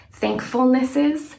thankfulnesses